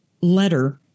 letter